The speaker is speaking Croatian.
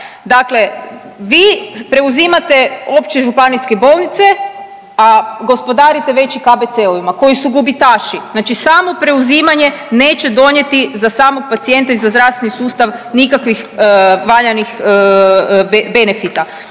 dakle vi preuzimate opće županijske bolnice, a gospodarite već i KBC-ovima koji su gubitaši, znači samo preuzimanje neće donijeti za samog pacijenta i za zdravstveni sustav nikakvih valjanih benefita.